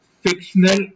fictional